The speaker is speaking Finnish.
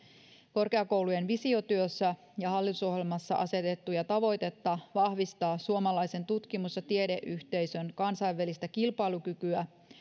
korkeakoulujen visiotyössä ja hallitusohjelmassa asetettua tavoitetta vahvistaa suomalaisen tutkimus ja tiedeyhteisön kansainvälistä kilpailukykyä